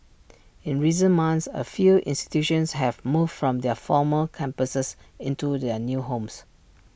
in recent months A few institutions have moved from their former campuses into their new homes